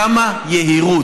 כמה יהירות,